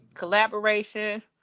Collaboration